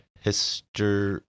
history